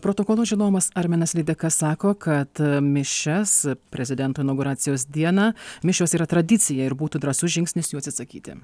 protokolo žinovas arminas lydeka sako kad mišias prezidento inauguracijos dieną mišios yra tradicija ir būtų drąsus žingsnis jų atsisakyti